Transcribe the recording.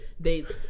dates